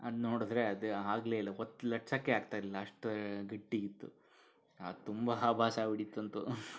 ಅದು ನೋಡಿದರೆ ಅದು ಆಗಲೇಯಿಲ್ಲ ಒತ್ತು ಲಟ್ಟಿಸೋಕ್ಕೆ ಆಗ್ತಾಯಿರಲಿಲ್ಲ ಅಷ್ಟು ಗಟ್ಟಿಯಿತ್ತು ಅದು ತುಂಬ ಆಭಾಸ ಆಗ್ಬಿಡ್ತಿತ್ತು